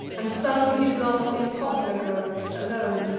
and sung his loss in poplar groves, alone,